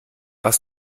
was